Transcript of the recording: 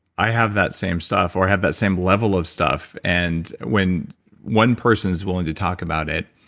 i have that same stuff or have that same level of stuff. and when one person is willing to talk about it,